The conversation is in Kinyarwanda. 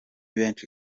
benshi